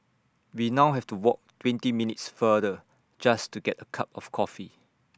we now have to walk twenty minutes farther just to get A cup of coffee